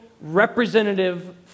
representative